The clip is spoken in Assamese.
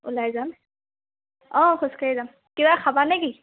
ওলাই যাম অ খোজ কাঢ়ি যাম কিবা খাবানে কি